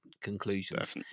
conclusions